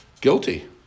Guilty